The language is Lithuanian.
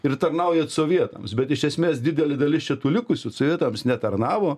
ir tarnaujat sovietams bet iš esmės didelė dalis čia tų likusių sovietams netarnavo